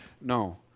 No